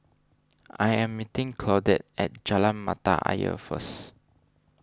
I am meeting Claudette at Jalan Mata Ayer first